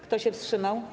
Kto się wstrzymał?